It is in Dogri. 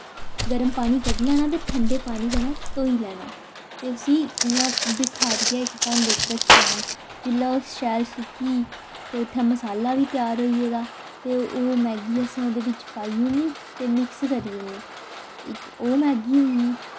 गर्म पानी कड्डी लैना ते ठंडे पानी कन्नै धोई लैना ते उसी इ'यां बिखारियै इक भांडे च रक्खी लैना जेल्लै ओह् शैल सुक्की गेई ते उत्थें मसाला बी त्यार होई गेदा ते ओह् मैगी असें ओह्दे बिच्च पाई ओड़नी ते मिक्स करी ओड़नी इक ओह् मैगी होई गेई